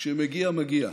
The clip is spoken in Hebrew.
כשמגיע, מגיע,